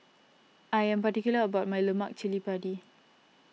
I am particular about my Lemak Cili Padi